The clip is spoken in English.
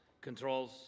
controls